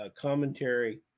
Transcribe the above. commentary